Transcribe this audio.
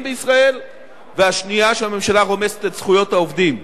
בישראל והשנייה שהממשלה רומסת את זכויות העובדים,